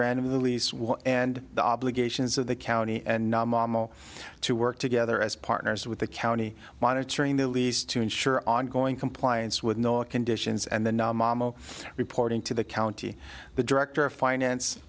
will and the obligations of the county and nominal to work together as partners with the county monitoring the lease to ensure ongoing compliance with no conditions and then reporting to the county the director of finance